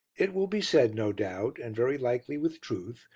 it will be said, no doubt, and very likely with truth,